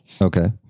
Okay